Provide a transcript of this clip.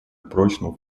прочного